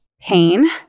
pain